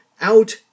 out